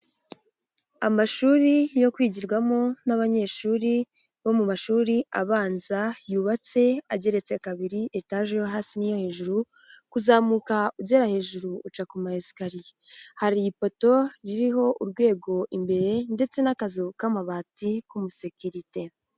Amashuri yo kwigirwamo n'abanyeshuri bo mu mashuri abanza yubatse ageretse kabiri etaje yo hasi n'iyo hejuru kuzamuka ugera hejuru uca ku mayesikariye, hari ipoto ririho urwego imbere ndetse n'akazu k'amabati k'umusekirite.